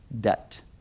debt